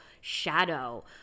shadow